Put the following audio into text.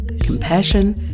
compassion